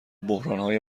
بحرانهای